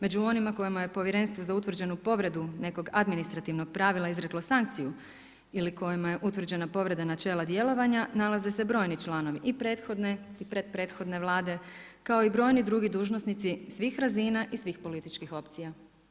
Među onima kojima je Povjerenstvo za utvrđenu povredu nekog administrativnog pravila izreklo sankciju ili kojima je utvrđena povreda načela djelovanja nalaze se brojni članovi i prethodne i predprethodne Vlade kao i brojni drugi dužnosnici svih razina i svih političkih opcija.